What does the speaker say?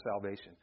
salvation